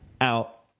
out